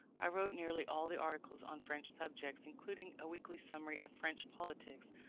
i wrote nearly all the articles on french subjects, including a weekly summary of french politics,